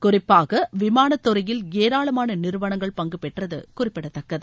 குறிப்பாக விமான துறையில் ஏராளமான நிறுவனங்கள் பங்கு பெற்றது குறிப்பிடத்தக்கது